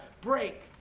break